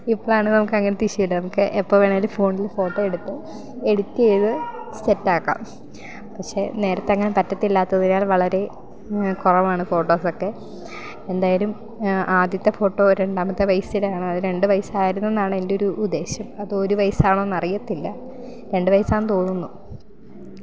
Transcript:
ഇപ്പോളാണേൽ അങ്ങനത്തെ ഇഷ്യൂ ഇല്ല നമുക്ക് എപ്പം വേണേലും ഫോണില് ഫോട്ടോ എടുത്ത് എഡിറ്റ് ചെയ്ത് സെറ്റാക്കാം പക്ഷെ നേരത്തെ അങ്ങനെ പറ്റത്തില്ലാത്തതിനാൽ വളരെ കുറവാണ് ഫോട്ടോസൊക്കെ എന്തായാലും ആദ്യത്തെ ഫോട്ടോ രണ്ടാമത്തെ വയസിലാണ് അത് രണ്ട് വയസ്സായിരുന്നെന്നാണ് എൻ്റെ ഒരു ഉദ്ദേശം അതോ ഒര് വയസാണോന്നറിയത്തില്ല രണ്ട് വയസാണെന്ന് തോന്നുന്നു